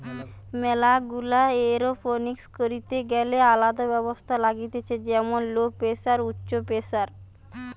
ম্যালা গুলা এরওপনিক্স করিতে গ্যালে আলদা ব্যবস্থা লাগতিছে যেমন লো প্রেসার, উচ্চ প্রেসার